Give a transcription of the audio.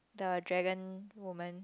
the dragon woman